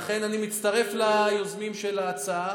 לכן, אני מצטרף ליוזמים של ההצעה